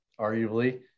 arguably